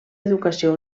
educació